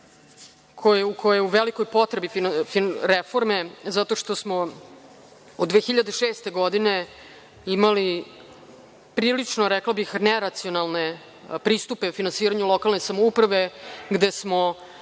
koja u velikoj potrebi reforme zato što smo od 2006. godine imali prilično, rekla bih neracionalne pristupe finansiranju lokalne samouprave gde smo